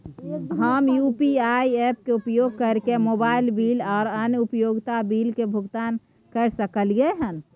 हम UPI apps के उपयोग कैरके मोबाइल बिल आर अन्य उपयोगिता बिल के भुगतान कैर सकलिये हन